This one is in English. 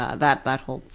ah that that whole